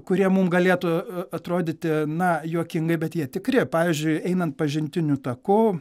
kurie mums galėtų atrodyti na juokingai bet jie tikri pavyzdžiui einant pažintiniu taku